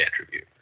attribute